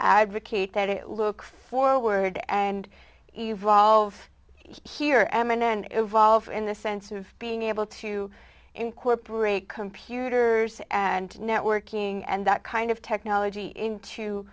advocate that a look forward and evolve here and evolve in the sense of being able to incorporate computers and networking and that kind of technology into